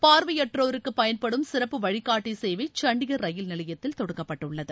பார்வையாற்றோருக்கு பயன்படும் சிறப்பு வழிகாட்டி சேவை சண்டிகர் ரயில் நிலையத்தில் தொடங்கப்பட்டுள்ளது